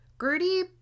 Gertie